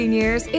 years